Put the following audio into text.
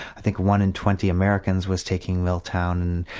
i think one in twenty americans was taking miltown.